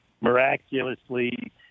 miraculously